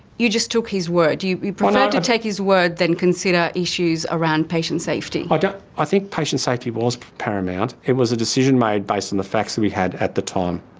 you just took his word, you you preferred to take his word than consider issues around patient safety? ah i think patient safety was paramount. it was a decision made based on the facts that we had at the time.